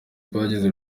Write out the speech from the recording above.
twageze